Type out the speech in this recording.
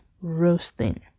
roasting